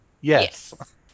yes